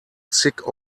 sick